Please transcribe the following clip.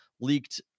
leaked